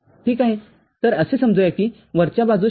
तरअसे समजूया किवरच्या बाजूस ०